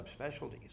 subspecialties